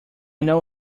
know